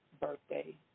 birthday